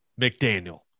McDaniel